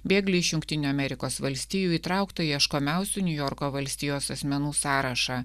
bėglį iš jungtinių amerikos valstijų įtrauktą į ieškomiausių niujorko valstijos asmenų sąrašą